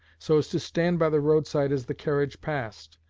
so as to stand by the roadside as the carriage passed.